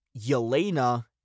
Yelena